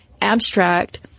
abstract